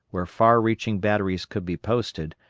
where far-reaching batteries could be posted,